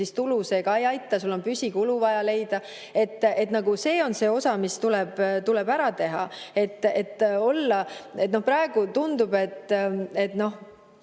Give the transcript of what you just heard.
tulu, see ka ei aita, sul on püsitulu vaja leida. See on see osa, mis tuleb ära teha. Praegu tundub, te